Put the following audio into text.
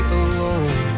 alone